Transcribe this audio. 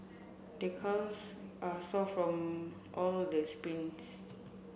the calves are sore from all the sprints